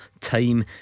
time